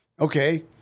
Okay